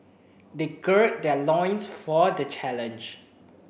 they gird their loins for the challenge